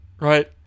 Right